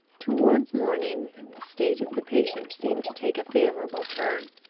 towards morning the state of the patient seemed to take a favourable turn.